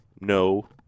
no